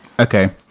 okay